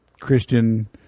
Christian